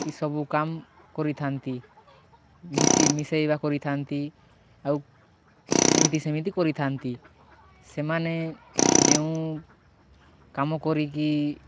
ଇ ସବୁ କାମ୍ କରିଥାନ୍ତି ମିଶେଇବା କରିଥାନ୍ତି ଆଉ ଏମିତି ସେମିତି କରିଥାନ୍ତି ସେମାନେ ଯେଉଁ କାମ କରି କି